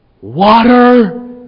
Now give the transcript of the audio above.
water